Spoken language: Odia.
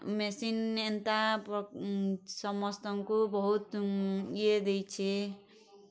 ମେସିନ୍ ଏନ୍ତା ସମସ୍ତଙ୍କୁ ବହୁତ ଇଏ ଦେଇଛେ